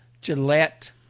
Gillette